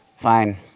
Fine